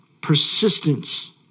Persistence